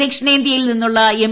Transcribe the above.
ദക്ഷിണേന്തൃയിൽ നിന്നുളള എം